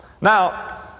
Now